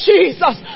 Jesus